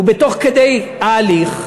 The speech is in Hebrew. ותוך כדי ההליך,